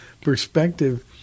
perspective